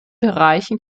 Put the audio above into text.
bereichen